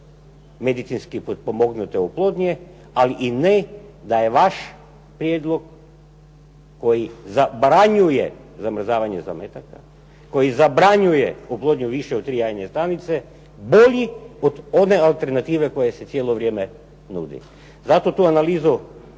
medicinski potpomognute oplodnje, ali i ne da je vaš prijedlog koji zabranjuje zamrzavanje zametaka, koji zabranjuje oplodnju više od tri jajne stanice bolji od one alternative koja se cijelo vrijeme nudi. Zato tu analizu